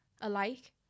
alike